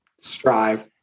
strive